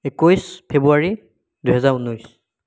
একৈছ ফেবুৱাৰী দুহেজাৰ ঊনৈছ